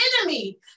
enemy